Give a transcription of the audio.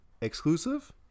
exclusive